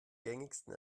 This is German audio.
gängigsten